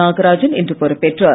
நாகராஜன் இன்று பொறுப்பேற்றார்